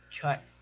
cut